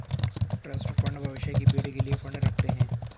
trust fund भविष्य की पीढ़ी के लिए फंड रखते हैं